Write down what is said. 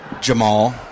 Jamal